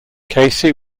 casey